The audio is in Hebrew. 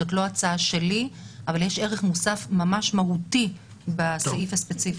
זאת לא הצעה שלי אבל יש ערך מוסף ממש מהותי בסעיף הספציפי הזה.